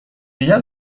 دیگر